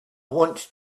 want